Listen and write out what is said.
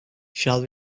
shall